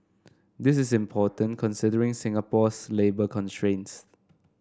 this is important considering Singapore's labour constraints